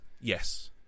yes